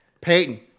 Peyton